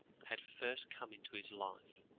had first come into his life.